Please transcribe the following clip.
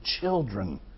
children